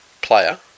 player